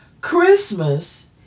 Christmas